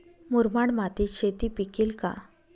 मुरमाड मातीत शेती पिकेल का?